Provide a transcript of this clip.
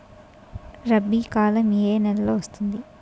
రబీ కాలం ఏ ఏ నెలలో వస్తుంది?